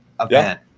event